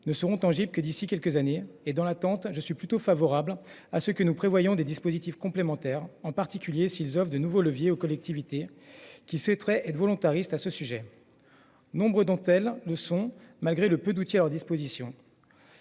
ne seront pas tangibles avant quelques années ... Dans l'attente, je suis plutôt favorable à ce que nous prévoyions des dispositifs complémentaires, en particulier s'ils offrent de nouveaux leviers aux collectivités volontaristes sur le sujet. Nombre d'entre elles le sont déjà, malgré le peu d'outils à leur disposition.